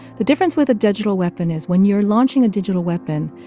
the difference with a digital weapon is when you're launching a digital weapon,